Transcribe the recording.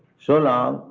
so long,